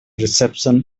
reception